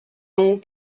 nom